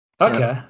Okay